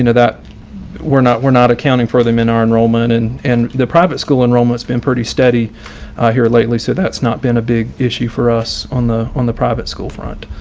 you know that we're not we're not accounting for them in our enrollment and and the private school enrollments been pretty steady here lately. so that's not been a big issue for us on the on the private school front.